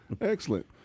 Excellent